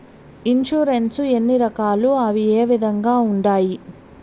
insurance ఎన్ని రకాలు అవి ఏ విధంగా ఉండాయి